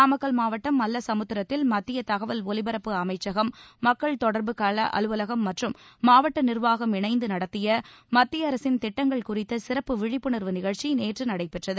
நாமக்கல் மாவட்டம் மல்லசமுத்திரத்தில் மத்திய தகவல் ஒலிபரப்பு அமைச்சம் மக்கள் தொடர்பு கள அலுவலகம் மற்றும் மாவட்ட நிர்வாகம் இணைந்து நடத்திய மத்திய அரசின் திட்டங்கள் குறித்த சிறப்பு விழிப்புணர்வு நிகழ்ச்சி நேற்று நடைபெற்றது